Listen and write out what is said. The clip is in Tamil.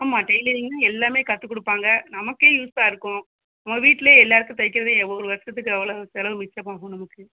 ஆமாம் டெய்லரிங்கில் எல்லாமே கற்றுக் கொடுப்பாங்க நமக்கே யூஸாக இருக்கும் நம் வீட்டிலையே எல்லோருக்கும் தைக்கிறதே எவ்வளோ வருஷத்துக்கு எவ்வளோ செலவு மிச்சமாகும் நமக்கு